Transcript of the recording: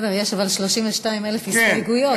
בסדר, אבל יש 32,000 הסתייגויות, שזה סיפור.